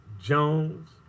Jones